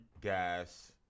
gas